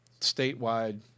statewide